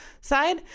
side